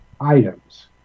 items